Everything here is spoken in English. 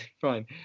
Fine